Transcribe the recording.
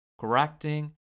correcting